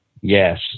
Yes